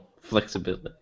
flexibility